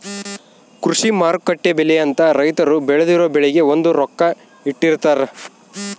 ಕೃಷಿ ಮಾರುಕಟ್ಟೆ ಬೆಲೆ ಅಂತ ರೈತರು ಬೆಳ್ದಿರೊ ಬೆಳೆಗೆ ಒಂದು ರೊಕ್ಕ ಇಟ್ಟಿರ್ತಾರ